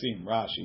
rashi